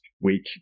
week